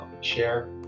share